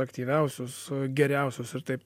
aktyviausius geriausius ir taip